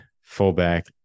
fullback